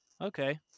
Okay